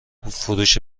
فروش